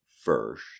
first